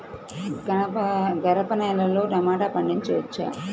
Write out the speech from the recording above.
గరపనేలలో టమాటా పండించవచ్చా?